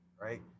Right